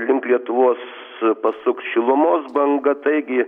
link lietuvos pasuks šilumos banga taigi